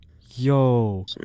Yo